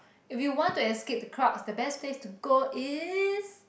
if you want to escape the crowds the best place to go is